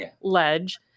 ledge